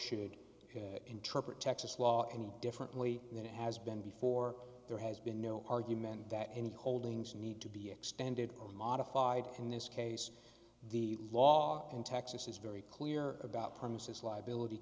should interpret texas law any differently than it has been before there has been no argument that any holdings need to be extended or modified in this case the law in texas is very clear about promises liability